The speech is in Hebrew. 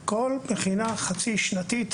כל מכינה חצי-שנתית,